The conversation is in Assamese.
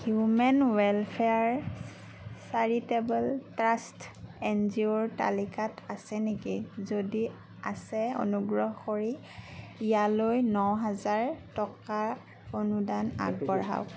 human welfare charitable trust N G O ৰ তালিকাত আছে নেকি যদি আছে অনুগ্ৰহ কৰি ইয়ালৈ ন হাজাৰ টকাৰ অনুদান আগবঢ়াওক